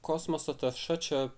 kosmoso tarša čia